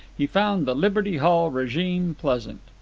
he found the liberty hall regime pleasant.